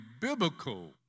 biblical